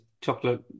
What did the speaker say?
chocolate